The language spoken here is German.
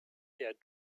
der